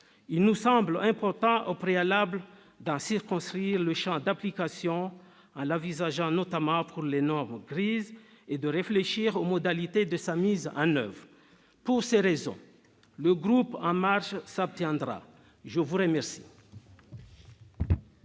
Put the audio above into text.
Il nous semble important au préalable d'en circonscrire le champ d'application en l'envisageant notamment pour les « normes grises » et de réfléchir aux modalités de sa mise en oeuvre. Pour ces raisons, le groupe La République En Marche s'abstiendra. C'est bien